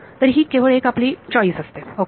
तर ही केवळ एक आपली चॉईस असते ओके